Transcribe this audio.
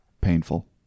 painful